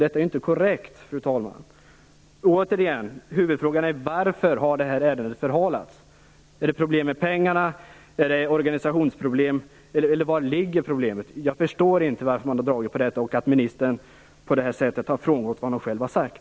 Detta är ju inte korrekt, fru talman. Återigen är huvudfrågan: Varför har ärendet förhalats? Är det problem med pengarna, organisationsproblem eller vari ligger problemet? Jag förstår inte varför man har dragit på frågan och att ministern på det här sättet har frångått det som hon själv har sagt.